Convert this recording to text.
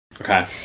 Okay